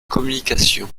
communications